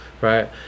right